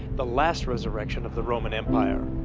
the last resurrection of the roman empire.